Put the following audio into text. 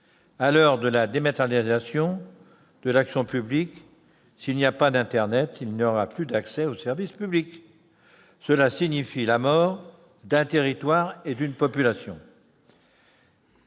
À l'heure de la dématérialisation de l'action publique, s'il n'y a pas d'internet, il n'y aura plus d'accès aux services publics. Cela signifie la mort d'un territoire et d'une population.